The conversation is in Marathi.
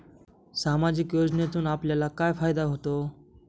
सामाजिक योजनेतून आपल्याला काय फायदा होतो?